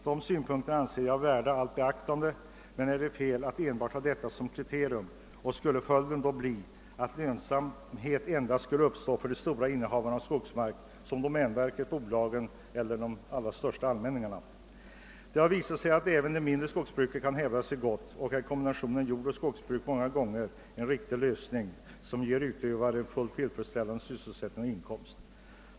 Jag anser att dessa synpunkter är värda allt beaktande, men det är fel att enbart ta detta som kriterium. Följden skulle då bli att lönsamhet endast skulle uppstå för de stora innehavarna av skogsmark såsom domänverket, bolagen eller de allra största allmänningarna. Det har visat sig att även det mindre skogsbruket kan hävda sig gott, och kombinationen jordoch skogsbruk är många gånger en riktig lösning, som ger utövarna en fullt tillfredsställande sysselsättning och inkomst.